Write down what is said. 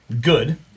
good